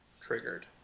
triggered